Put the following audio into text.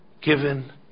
given